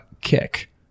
kick